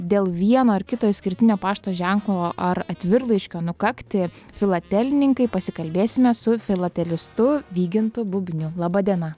dėl vieno ar kito išskirtinio pašto ženklo ar atvirlaiškio nukakti filatelininkai pasikalbėsime su filatelistu vygintu bubniu laba diena